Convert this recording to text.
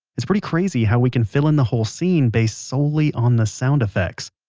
it's pretty crazy how we can fill in the whole scene based solely on the sound effects.